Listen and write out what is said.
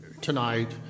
tonight